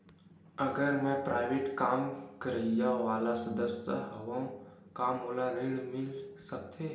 अगर मैं प्राइवेट काम करइया वाला सदस्य हावव का मोला ऋण मिल सकथे?